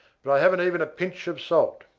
but i haven't even a pinch of salt.